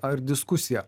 ar diskusiją